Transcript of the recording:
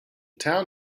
town